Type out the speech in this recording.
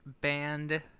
Band